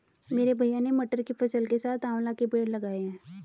मेरे भैया ने मटर की फसल के साथ आंवला के पेड़ लगाए हैं